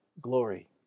glory